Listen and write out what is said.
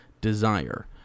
desire